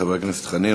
חבר הכנסת חנין,